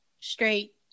straight